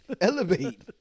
elevate